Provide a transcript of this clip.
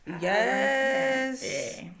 Yes